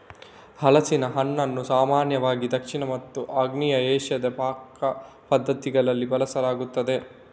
ಹಲಸಿನ ಹಣ್ಣನ್ನು ಸಾಮಾನ್ಯವಾಗಿ ದಕ್ಷಿಣ ಮತ್ತು ಆಗ್ನೇಯ ಏಷ್ಯಾದ ಪಾಕ ಪದ್ಧತಿಗಳಲ್ಲಿ ಬಳಸಲಾಗುತ್ತದೆ